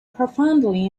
profoundly